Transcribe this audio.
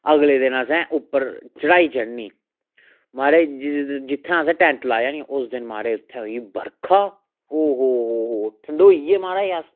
अगले दिन असें उप्पर चड़ाई चड़नी ही महाराज जिस जित्थैं असें टैंट लाया नी उस दिन महाराज उत्थैं होई बरखा ओ हो हो ठंडोई गे महाराज अस